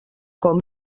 com